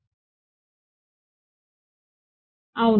విద్యార్థి మనం సంఖ్యను పెంచితే ఏం జరుగుతుంది సమయం 1049 చూడండి